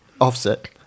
offset